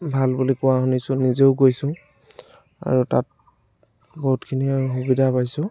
ভাল বুলি কোৱা শুনিছোঁ নিজেও গৈছোঁ আৰু তাত বহুতখিনিয়ে সুবিধা পাইছোঁ